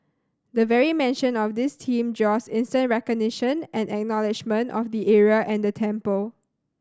the very mention of this team draws instant recognition and acknowledgement of the area and the temple